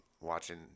watching